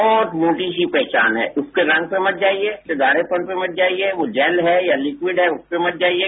बहुत मोटी सी पहचान है उसके रंग पर मत जाइये उसके गाढ़ेपन पर मत जाइये वह जैल है या लिक्विड है उस पर मत जाइये